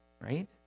Right